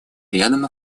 рядом